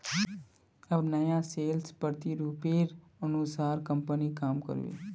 अब नया सेल्स प्रतिरूपेर अनुसार कंपनी काम कर बे